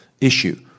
issue